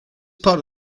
part